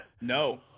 No